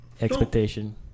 expectation